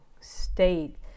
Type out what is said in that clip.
state